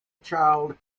child